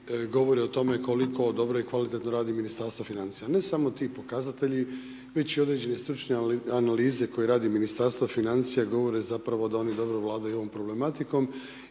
govore o tom koliko dobro i kvalitetno radi Ministarstvo financija. Ne samo ti pokazatelji već i određene stručne analize koje radi Ministarstvo financija, govore zapravo da oni dobro vladaju ovom problematikom